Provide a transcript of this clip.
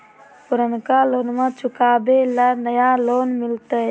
पुर्नका लोनमा चुकाबे ले नया लोन मिलते?